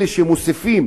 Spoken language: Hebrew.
אלה שמוסיפים